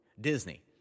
Disney